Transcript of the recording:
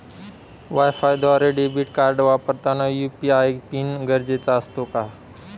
वायफायद्वारे debit card वापरताना UPI PIN गरजेचा असतो का?